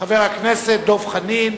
חבר הכנסת דב חנין.